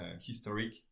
historic